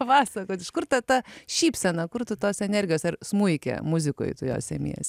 papasakot iš kur ta ta šypsena kur tu tos energijos ar smuike muzikoj tu jos semies